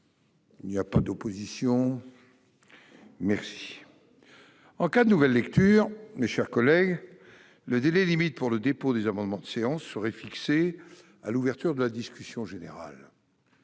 Il n'y a pas d'opposition ?... En cas de nouvelle lecture, mes chers collègues, le délai limite pour le dépôt des amendements de séance serait fixé à l'ouverture de la discussion générale.